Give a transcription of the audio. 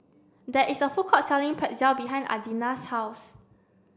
there is a food court selling Pretzel behind Adina's house